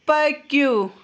پٔکِو